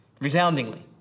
Resoundingly